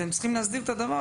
אתם צריכים להסדיר את זה.